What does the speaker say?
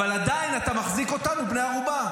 אבל עדיין אתה מחזיק אותנו בני ערובה,